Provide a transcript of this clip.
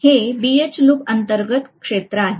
हे BH loop अंतर्गत क्षेत्र आहे